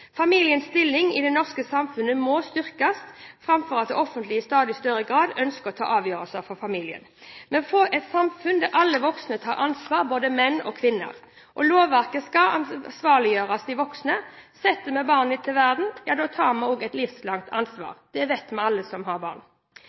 Familiens stilling i det norske samfunnet må styrkes framfor at det offentlige i stadig større grad ønsker å ta avgjørelser for familien. Vi må få et samfunn der alle voksne tar ansvar, både menn og kvinner. Lovverket skal ansvarliggjøre de voksne. Setter vi barn til verden, tar vi også på oss et livslangt ansvar – det vet vi, alle som har barn.